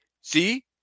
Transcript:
see